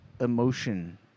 emotion